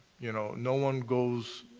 you know. no one goes